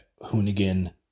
Hoonigan